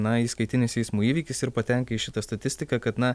na įskaitinis eismo įvykis ir patenka į šitą statistiką kad na